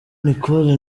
nicole